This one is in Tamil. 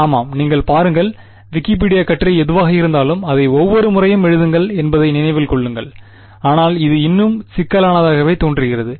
ஆமாம் நீங்கள் பாருங்கள் விக்கிபீடியா கட்டுரை எதுவாக இருந்தாலும் அதை ஒவ்வொரு முறையும் எழுதுங்கள் என்பதை நினைவில் கொள்ளுங்கள் ஆனால் இது இன்னும் சிக்கலானதாகவே தோன்றுகிறது